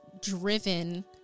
driven